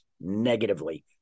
negatively